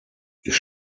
ich